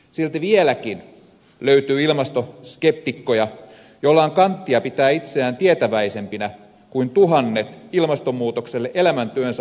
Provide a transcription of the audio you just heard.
silti vieläkin löytyy ilmastoskeptikkoja joilla on kanttia pitää itseään tietäväisempinä kuin tuhannet ilmastonmuutokselle elämäntyönsä omistaneet ilmastotutkijat